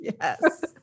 yes